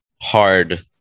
hard